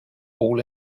all